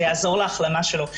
זה יעזור להחלמה שלו.